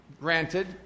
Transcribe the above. granted